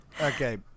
okay